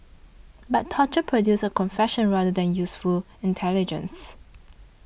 but torture produces a confession rather than useful intelligence